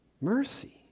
mercy